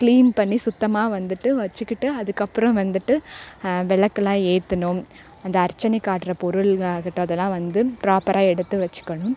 clean பண்ணி சுத்தமாக வந்துவிட்டு வச்சுக்கிட்டு அதுக்கப்புறம் வந்துவிட்டு விளக்குலாம் ஏற்றணும் அந்த அர்ச்சனை காட்டுற பொருளாகட்டும் அதெல்லாம் வந்து ப்ராப்பராக எடுத்து வச்சுக்கணும்